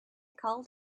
called